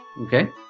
Okay